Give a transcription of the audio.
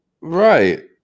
Right